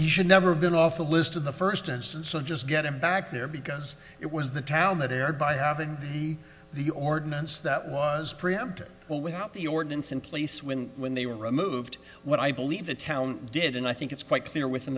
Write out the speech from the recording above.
he should never have been off the list of the first instance so just get him back there because it was the town that erred by having the ordinance that was preempted well without the ordinance in place when when they were removed what i believe the town did and i think it's quite clear within